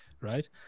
right